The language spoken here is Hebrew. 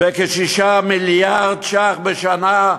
בכ-6 מיליארד ש"ח בשנה.